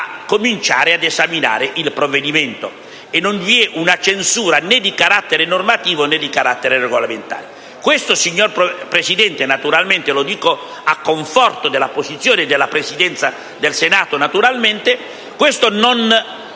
cominciare ad esaminare il provvedimento, e non vi è una censura né di carattere normativo, né di carattere regolamentare. Questo, signor Presidente, - naturalmente lo dico a conforto della posizione della Presidenza del Senato - non